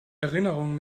erinnerungen